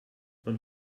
man